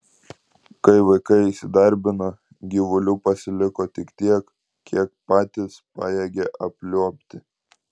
kai vaikai įsidarbino gyvulių pasiliko tik tiek kiek patys pajėgia apliuobti